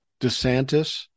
DeSantis